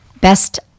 best